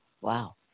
Wow